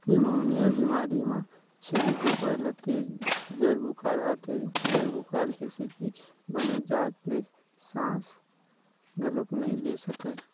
pneumonia बेमारी म छेरी बोकरा ल तेज जर बुखार आथे, जर बुखार के सेती बने जात ले सांस घलोक नइ ले सकय